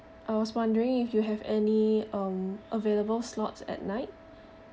I was wondering if you have any um available slots at night